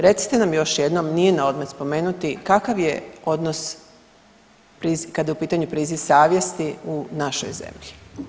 Recite nam još jednom nije naodmet spomenuti kakav je odnos kada je u pitanju priziv savjesti u našoj zemlji?